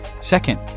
Second